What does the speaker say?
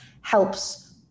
helps